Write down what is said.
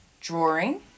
drawing